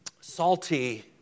salty